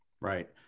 Right